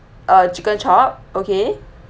uh chicken chop okay